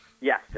Yes